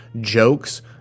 jokes